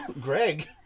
Greg